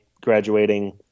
graduating